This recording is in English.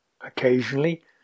Occasionally